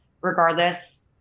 regardless